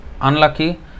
unlucky